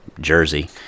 Jersey